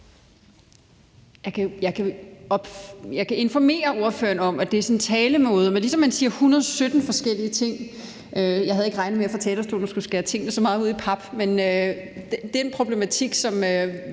Jeg kan informere ordføreren om, at det er sådan en talemåde, ligesom når man siger, at der er 117 forskellige ting. Jeg havde ikke regnet med at skulle skære tingene så meget ud i pap fra talerstolen. Der er en problematik, som